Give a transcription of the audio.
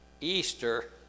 Easter